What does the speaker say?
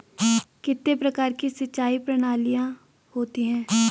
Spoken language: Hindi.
कितने प्रकार की सिंचाई प्रणालियों होती हैं?